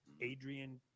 Adrian